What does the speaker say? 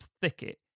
thicket